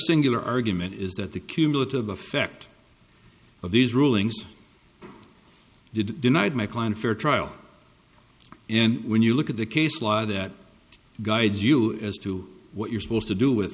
singular argument is that the cumulative effect of these rulings did denied my client fair trial and when you look at the case law that guides you as to what you're supposed to do with